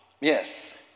Yes